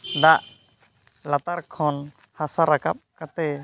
ᱫᱟᱜ ᱞᱟᱛᱟᱨ ᱠᱷᱚᱱ ᱦᱟᱥᱟ ᱨᱟᱠᱟᱵ ᱠᱟᱛᱮ